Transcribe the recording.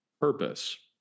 purpose